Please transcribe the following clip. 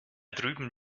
drüben